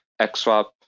xSwap